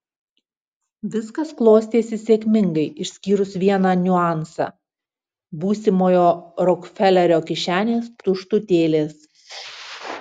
viskas klostėsi sėkmingai išskyrus vieną niuansą būsimojo rokfelerio kišenės tuštutėlės